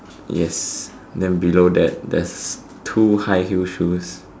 yes then below that there's two high heel shoes